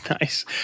nice